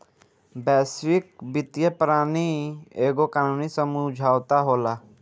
वैश्विक वित्तीय प्रणाली एगो कानूनी समुझौता होला